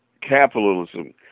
capitalism